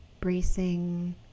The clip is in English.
bracing